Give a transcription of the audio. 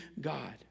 God